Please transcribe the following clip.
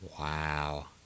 Wow